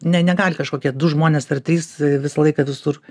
ne negali kažkokie du žmonės ar trys visą laiką visur